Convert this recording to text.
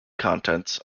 contents